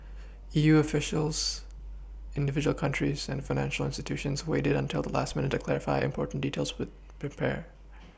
E U officials individual countries and financial institutions waited until the last minute to clarify important details with prepare